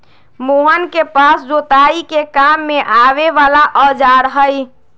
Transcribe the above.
मोहन के पास जोताई के काम में आवे वाला औजार हई